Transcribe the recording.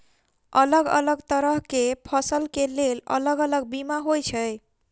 अलग अलग तरह केँ फसल केँ लेल अलग अलग बीमा होइ छै?